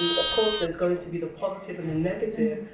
and of course, there's going to be the positive and the negative.